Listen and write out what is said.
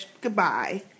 goodbye